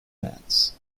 lands